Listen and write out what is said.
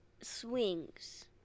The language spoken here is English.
swings